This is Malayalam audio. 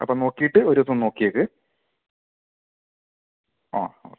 അപ്പം നോക്കിയിട്ട് ഒരു ദിവസം നോക്കിയേക്ക് ആ ഓക്കെ